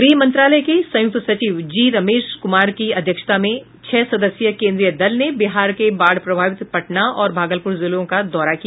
गृह मंत्रालय के संयुक्त सचिव जी रमेश कुमार की अध्यक्षता में छह सदस्यीय केंद्रीय दल ने बिहार के बाढ़ प्रभावित पटना और भागलपुर जिले का दौरा किया